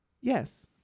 Yes